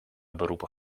beroepen